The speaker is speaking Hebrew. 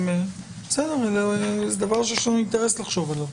זה דבר שיש לנו אינטרס לחשוב עליו.